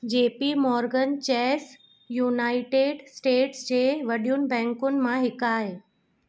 जे P Morgan Chase United States जे वॾियुनि बैंकुनि मां हिकु आहे